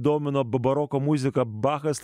domina baroko muzika bachas